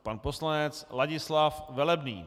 Pan poslanec Ladislav Velebný.